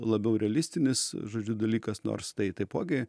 labiau realistinis žodžiu dalykas nors tai taipogi